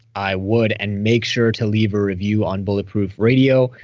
i would. and make sure to leave a review on bulletproof radio oh,